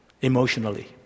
emotionally